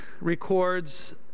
records